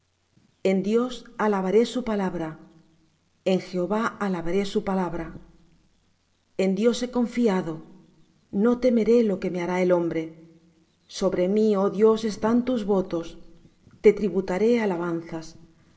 en dios alabaré su palabra en jehová alabaré su palabra en dios he confiado no temeré lo que me hará el hombre sobre mí oh dios están tus votos te tributaré alabanzas